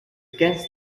against